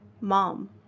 Mom